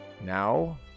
Now